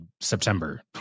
September